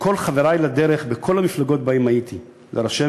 לכל חברי לדרך, בכל המפלגות שבהן הייתי,